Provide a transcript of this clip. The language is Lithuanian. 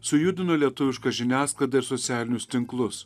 sujudino lietuvišką žiniasklaidą ir socialinius tinklus